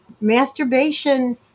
Masturbation